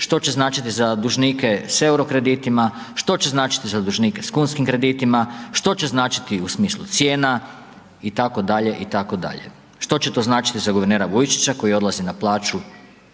što će znači za dužnike s EUR-o kreditima, što će značiti za dužnike s kunskim kreditima, što će značiti u smislu cijena itd., itd., što će to značiti za guvernera Vujčića koji odlazi na plaću